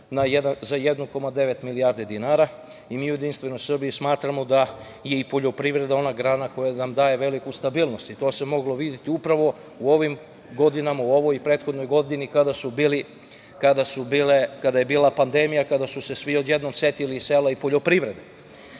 za 1,9 milijardu dinara. Mi u JS smatramo da je i poljoprivreda ona grana koja nam daje veliku stabilnost i to se moglo videti upravo u ovim godinama, u ovoj i prethodnoj godini kada je bila pandemija, kada su se svi odjednom setili i sela i poljoprivrede. Mi